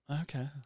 Okay